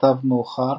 "סתיו מאוחר",